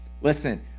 Listen